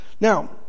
Now